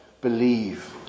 Believe